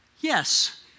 yes